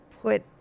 put